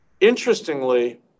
interestingly